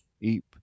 eep